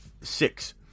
six